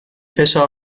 فشار